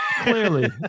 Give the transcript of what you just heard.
Clearly